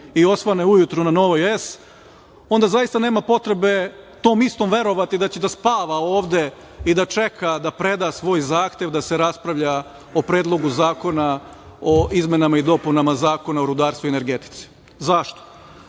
i osvane ujutru na Novoj S, onda zaista nema potrebe to istom verovati da će da spava ovde i da čeka da preda svoj zahtev da se raspravlja o Predlogu zakona o izmenama i dopunama Zakona o rudarstvu i energetici. Zašto? Zato